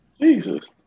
Jesus